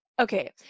Okay